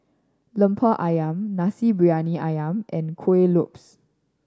Lemper Ayam Nasi Briyani Ayam and Kuih Lopes